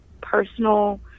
personal